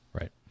right